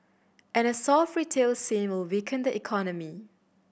and a soft retail scene will weaken the economy